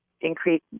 increase